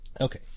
Okay